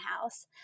house